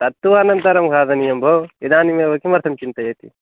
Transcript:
तत्तु अनन्तरं खादनीयं भोः इदानीमेव किमर्थं चिन्तयति